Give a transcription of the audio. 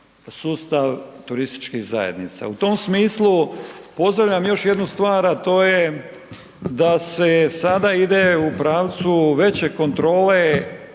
sustav turističkih zajednica. U tom smislu pozdravljam još jednu stvar, a to je da se sada ide u pravcu veće kontrole